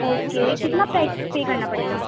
okay کتنا pay pay کرنا پڑے گا